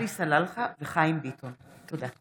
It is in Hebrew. עלי סלאלחה וחיים ביטון בנושא: הודעת